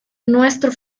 nuestro